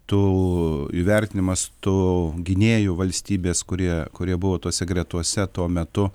tų įvertinimas tų gynėjų valstybės kurie kurie buvo tose gretose tuo metu